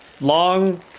long